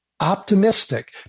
optimistic